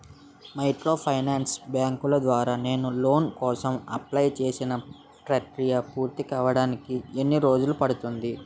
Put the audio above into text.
Microfinance బ్యాంకుల ద్వారా నేను లోన్ కోసం అప్లయ్ చేసిన ప్రక్రియ పూర్తవడానికి ఎన్ని రోజులు పడుతుంది?